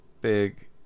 big